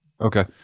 Okay